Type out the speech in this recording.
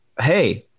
Hey